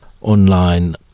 online